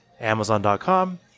amazon.com